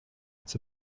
its